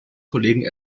kollegen